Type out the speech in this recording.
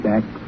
Back